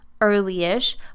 early-ish